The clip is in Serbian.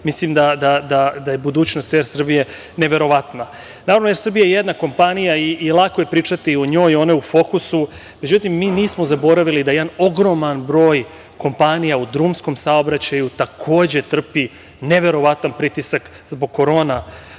Mislim da je budućnost „Er Srbije“ neverovatna. Naravno, „Er Srbija“ je jedna kompanija i lako je pričati o njoj, ona je u fokusu. Međutim, mi nismo zaboravili da jedan ogroman broj kompanija u drumskom saobraćaju takođe trpi neverovatan pritisak zbog korona